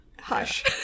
Hush